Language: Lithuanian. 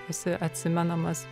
esi atsimenamas